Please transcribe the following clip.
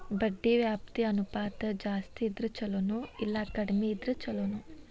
ಬಡ್ಡಿ ವ್ಯಾಪ್ತಿ ಅನುಪಾತ ಜಾಸ್ತಿ ಇದ್ರ ಛಲೊನೊ, ಇಲ್ಲಾ ಕಡ್ಮಿ ಇದ್ರ ಛಲೊನೊ?